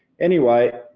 anyway,